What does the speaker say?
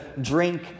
drink